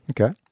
Okay